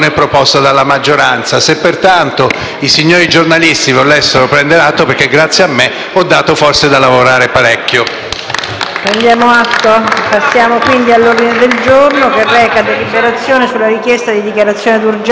i signori giornalisti ne prendano atto perché, grazie a me, hanno avuto forse da lavorare parecchio.